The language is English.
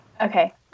Okay